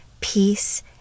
peace